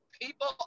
People